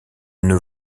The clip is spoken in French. une